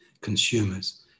consumers